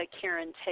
Karen